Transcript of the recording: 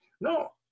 No